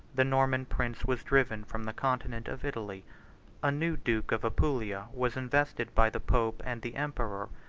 the norman prince was driven from the continent of italy a new duke of apulia was invested by the pope and the emperor,